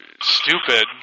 stupid